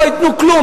לא ייתנו כלום.